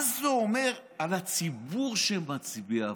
מה זה אומר על הציבור שמצביע עבורו?